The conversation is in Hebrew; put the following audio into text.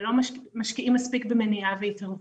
ולא משקיעים מספיק במניעה והתערבות.